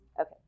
Okay